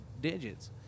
digits